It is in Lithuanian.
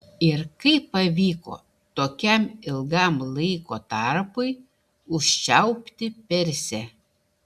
ir kaip pavyko tokiam ilgam laiko tarpui užčiaupti persę